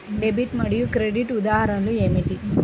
Debit మరియు credit ఉదాహరణలు ఏమిటీ?